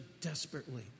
desperately